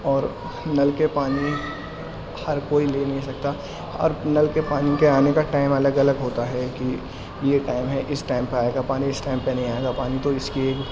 اور نل کے پانی ہر کوئی لے نہیں سکتا اور نل کے پانی کے آنے کا ٹائم الگ الگ ہوتا ہے کہ یہ ٹائم ہے اس ٹائم پہ آئے گا پانی اس ٹائم پہ نہیں آئے گا پانی تو اس کی ایک